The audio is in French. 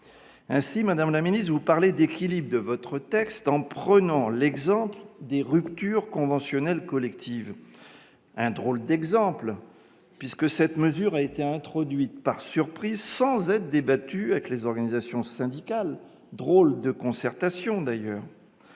Ainsi, madame la ministre, vous invoquez l'équilibre de votre texte en vous appuyant sur l'exemple des ruptures conventionnelles collectives. Drôle d'exemple, puisque cette mesure a été introduite par surprise, sans être débattue avec les organisations syndicales ! Drôle de concertation !